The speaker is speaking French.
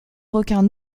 requins